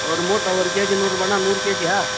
ஒரு மூட்டை ஒரு கேஜி நூறுபான்னா நூறு கேஜியா